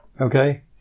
Okay